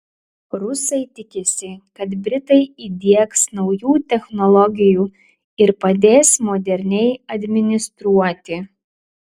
rusai tikisi kad britai įdiegs naujų technologijų ir padės moderniai administruoti